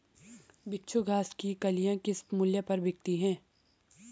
बिच्छू घास की कलियां किस मूल्य पर बिकती हैं?